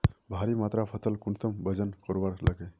भारी मात्रा फसल कुंसम वजन करवार लगे?